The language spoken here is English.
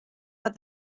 but